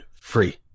free